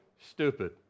stupid